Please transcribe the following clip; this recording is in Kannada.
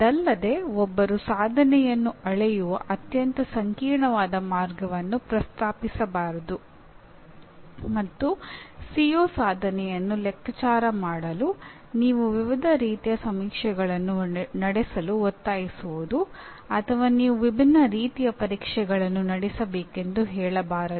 ಇದಲ್ಲದೆ ಒಬ್ಬರು ಸಾಧನೆಯನ್ನು ಅಳೆಯುವ ಅತ್ಯಂತ ಸಂಕೀರ್ಣವಾದ ಮಾರ್ಗವನ್ನು ಪ್ರಸ್ತಾಪಿಸಬಾರದು ಮತ್ತು ಸಿಒ ಸಾಧನೆಯನ್ನು ಲೆಕ್ಕಾಚಾರ ಮಾಡಲು ನೀವು ವಿವಿಧ ರೀತಿಯ ಸಮೀಕ್ಷೆಗಳನ್ನು ನಡೆಸಲು ಒತ್ತಾಯಿಸುವುದು ಅಥವಾ ನೀವು ವಿಭಿನ್ನ ರೀತಿಯ ಪರೀಕ್ಷೆಗಳನ್ನು ನಡೆಸಬೇಕೆಂದು ಹೇಳಬಾರದು